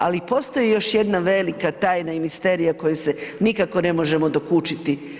Ali, postoji još jedna velika tajna i misterija kojoj se nikako ne možemo dokučiti.